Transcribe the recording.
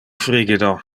frigido